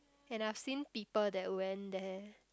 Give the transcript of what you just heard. and I've seen people that went there